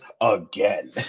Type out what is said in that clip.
again